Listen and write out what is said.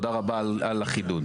תודה רבה על החידוד.